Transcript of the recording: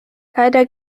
leider